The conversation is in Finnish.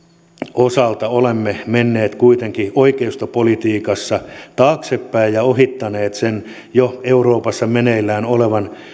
osalta olemme menneet kuitenkin oikeistopolitiikassa taaksepäin ja ohittaneet sen jo euroopassa meneillään olevan